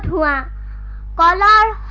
la la la